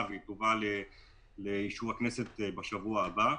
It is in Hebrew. והיא תובא לאישור הכנסת בשבוע הבא.